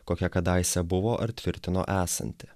kokia kadaise buvo ar tvirtino esanti